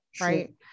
right